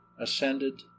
ascended